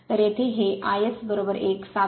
तर येथे हे iS17